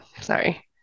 sorry